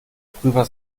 prüfer